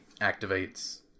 activates